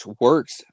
works